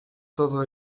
todo